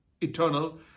eternal